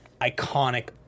iconic